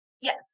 yes